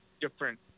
different